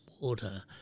water